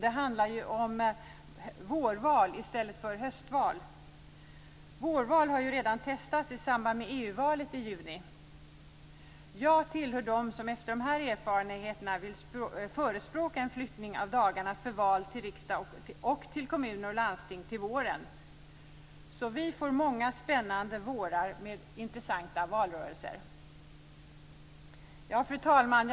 Det handlar om vårval i stället för höstval. Vårval har ju redan testats i samband med EU-valet i juni. Jag tillhör dem som efter dessa erfarenheter vill förespråka en flyttning av dagarna för val till riksdagen och till kommuner och landsting till våren. Då kan vi få många spännande vårar med intressanta valrörelser. Fru talman!